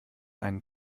einen